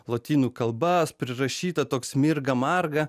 lotynų kalba prirašyta toks mirga marga